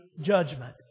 judgment